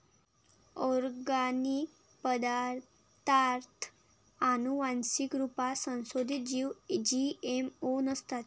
organic पदार्ताथ आनुवान्सिक रुपात संसोधीत जीव जी.एम.ओ नसतात